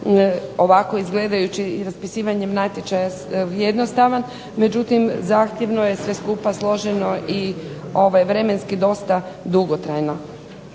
ovako izgledajući i raspisivanjem natječaja jednostavan, međutim zahtjevno je sve skupa složeno i vremenski dosta dugotrajno.